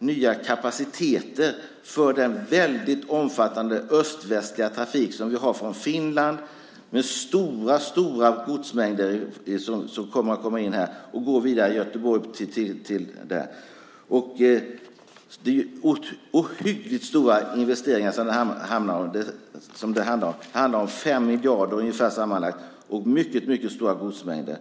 nya kapaciteter för den väldigt omfattande öst-västliga trafik vi har från Finland med stora godsmängder som går vidare genom landet till Göteborg. Det handlar om mycket stora investeringar - ungefär 5 miljarder sammanlagt - och mycket stora godsmängder.